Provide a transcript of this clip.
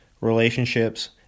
relationships